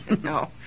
no